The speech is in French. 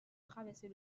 traverser